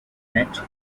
met